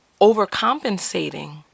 overcompensating